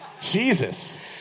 jesus